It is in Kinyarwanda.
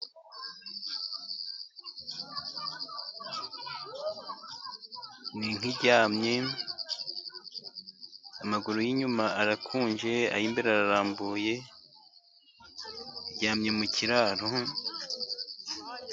Ni inka iryamye, amaguru y'inyuma arakunje. ay'imbere ararambuye, iryamye mu kiraro.